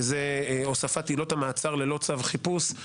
שזה הוספת עילות המעצר ללא צו חיפוש,